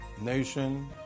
Nation